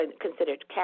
considered